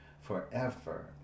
forever